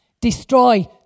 destroy